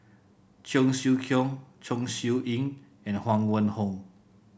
Cheong Siew Keong Chong Siew Ying and Huang Wenhong